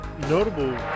notable